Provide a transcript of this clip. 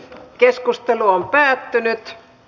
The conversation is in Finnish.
keskustelu päättyi